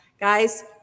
Guys